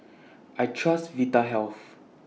I Trust Vitahealth